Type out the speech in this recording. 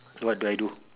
what do I do